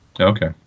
Okay